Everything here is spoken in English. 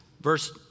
Verse